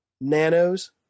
nanos